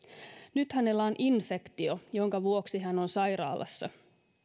nyt hänellä on infektio jonka vuoksi hän on sairaalassa